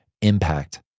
impact